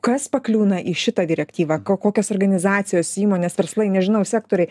kas pakliūna į šitą direktyvą ko kokios organizacijos įmonės verslai nežinau sektoriai